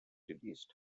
released